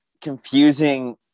confusing